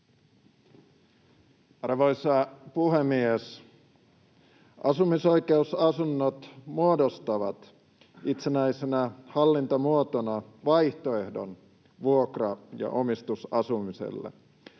Arvoisa puhemies! Asumisoikeusasunnot muodostavat itsenäisenä hallintomuotona vaihtoehdon vuokra- ja omistusasumiselle.